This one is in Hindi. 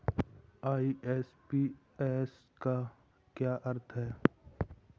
आई.एम.पी.एस का क्या अर्थ है?